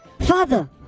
Father